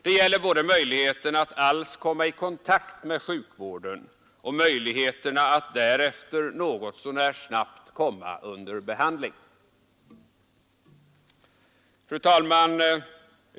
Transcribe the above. Det gäller både möjligheten att alls komma i kontakt med sjukvården och möjligheten att därefter något så när snabbt komma under behandling.” Fru talman!